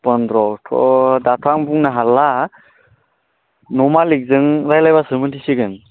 फन्द्र'थ' दाथ' आं बुंनो हाला न' मालिकजों रायज्लायबासो मिथिसिगोन